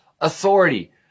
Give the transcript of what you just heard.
authority